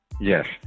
Yes